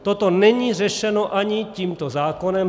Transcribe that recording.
Toto není řešeno ani tímto zákonem.